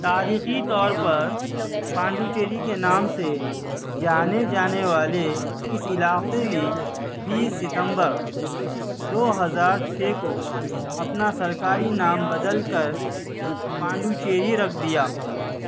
تاریخی طور پر پانڈوچیری کے نام سے جانے جانے والے اس علاقے نے بیس ستمبر دو ہزار چھ کو اپنا سرکاری نام بدل کر پانڈوچیری رکھ دیا